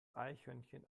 eichhörnchen